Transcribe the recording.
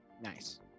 Nice